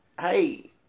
Hey